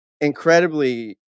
incredibly